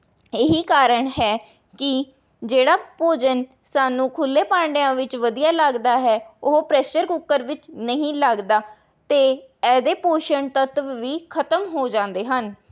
ਇਹੀ ਕਾਰਨ ਹੈ ਕਿ ਜਿਹੜਾ ਭੋਜਨ ਸਾਨੂੰ ਖੁੱਲ੍ਹੇ ਭਾਂਡਿਆਂ ਵਿੱਚ ਵਧੀਆ ਲੱਗਦਾ ਹੈ ਉਹ ਪ੍ਰੈਸ਼ਰ ਕੁੱਕਰ ਵਿੱਚ ਨਹੀਂ ਲੱਗਦਾ ਅਤੇ ਇਹਦੇ ਪੋਸ਼ਣ ਤੱਤਵ ਵੀ ਖ਼ਤਮ ਹੋ ਜਾਂਦੇ ਹਨ